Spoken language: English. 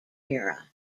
era